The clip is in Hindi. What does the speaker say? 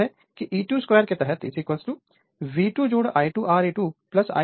इसका मतलब है कि E2 2 के तहत V2 I2 Re22 I2 XE22 √ होगा